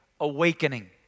Awakening